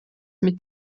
mit